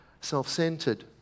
self-centered